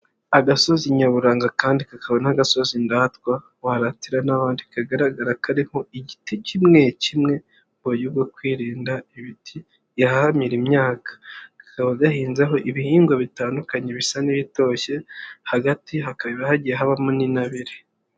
Agasozi nyaburanga kandi kakaba n'agasozi ndatwa, waratira n'ahandi kagaragara kari igiti kimwe kimwe mu buryo bwo kwirinda ibiti bihahamira imyaka. kakaba gahinzeho ibihingwa bitandukanye bisa n'ibitoshye, hagati hakaba hagiye habamo n'intabire.